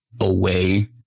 away